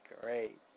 great